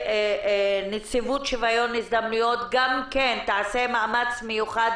שהנציבות לשוויון הזדמנויות גם כן תעשה מאמץ מיוחד